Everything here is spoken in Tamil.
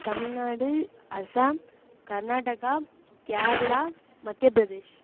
தமிழ்நாடு அஸாம் கர்நாடகா கேரளா மத்தியப்பிரதேஷ்